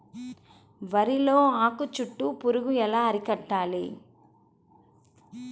వరిలో ఆకు చుట్టూ పురుగు ఎలా అరికట్టాలి?